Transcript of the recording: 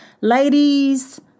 ladies